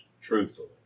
truthfully